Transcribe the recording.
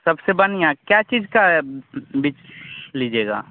डिपेन्डे सबसे बढ़िया क्या चीज़ का बीज लीजिएगा